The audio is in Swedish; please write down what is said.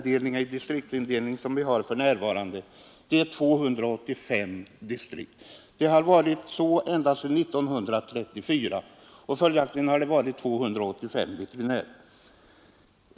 Den distriktsindelning vi har för närvarande omfattar 285 distrikt, och den har gällt ända sedan år 1934. Vi har följaktligen 285 distriktsveterinärer.